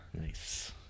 nice